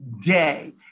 day